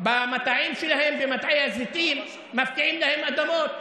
במטעים שלהם, במטעי הזיתים, מפקיעים להם אדמות.